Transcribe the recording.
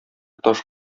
таш